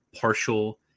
partial